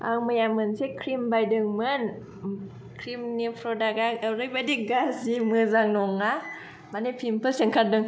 आं मैया मोनसे क्रिम बायदोंमोन क्रिमनि प्रडाक्टआ ओरैबायदि गाज्रि मोजां नङा माने पिम्पल्स ओंखारदों